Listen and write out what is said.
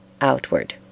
outward